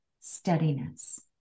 steadiness